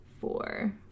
four